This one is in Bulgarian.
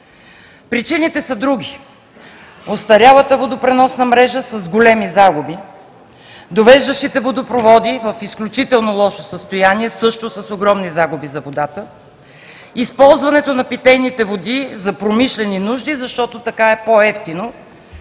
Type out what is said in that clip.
Причините са други: остарялата водопреносна мрежа с големи загуби, довеждащите водопроводи в изключително лошо състояние, също с огромни загуби за водата, използването на питейните води за промишлени нужди, защото така е по-евтино